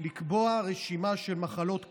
לקבוע רשימה של מחלות קשות,